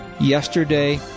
yesterday